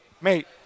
mate